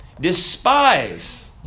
Despise